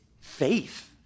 faith